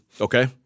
Okay